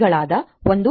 1 1